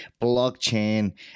blockchain